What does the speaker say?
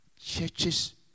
churches